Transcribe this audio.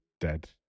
dead